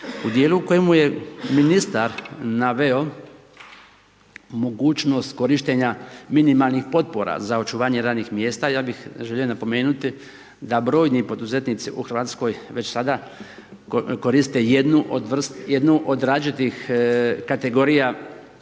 U dijelu u kojemu je ministar naveo, mogućnost korištenja minimalnih potpora za očuvanje radnih mjesta i ja bih želio napomenuti da brojni poduzetnici u Hrvatskoj već sada koriste jednu od …/Govornik